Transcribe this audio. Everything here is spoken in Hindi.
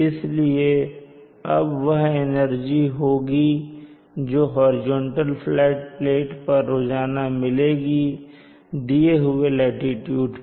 इसलिए अब यह वह एनर्जी होगी जो हॉरिजॉन्टल फ्लैट प्लेट पर रोजाना मिलेगी दिए हुवे लाटीट्यूड पर